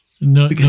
no